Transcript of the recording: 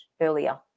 earlier